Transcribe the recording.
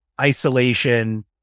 isolation